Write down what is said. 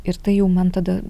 ir tai jau man tada